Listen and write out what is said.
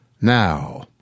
Now